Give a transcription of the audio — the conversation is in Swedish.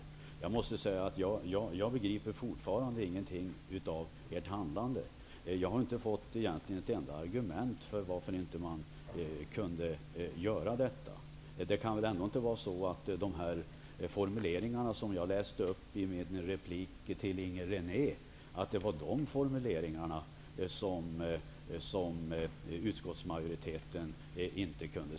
Jag begriper fortfarande ingenting av utskottsmajoritetens handlande. Jag har egentligen inte fått ett enda argument för att utskottsmajoriteten inte kunde göra detta. Det kan väl inte vara på det sättet att utskottsmajoriteten inte kunde svälja de formuleringar som jag läste upp i min replik till Inger René?